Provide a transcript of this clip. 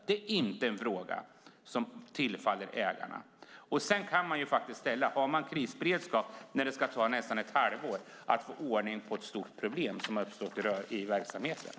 Det är inte en fråga som tillfaller ägarna. Sedan kan jag faktiskt ställa frågan om man har krisberedskap när det ska ta nästan ett halvår att få ordning på ett stort problem som har uppstått i verksamheterna.